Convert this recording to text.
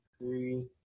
Three